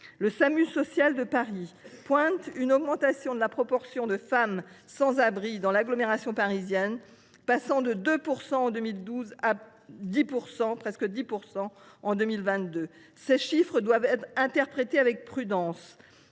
Le Samu social de Paris pointe une augmentation de la proportion de femmes sans abri dans l’agglomération parisienne, passée de 2 % en 2012 à 10 % en 2022. Ces chiffres doivent être interprétés avec prudence,